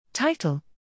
Title